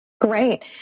Great